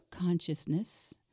consciousness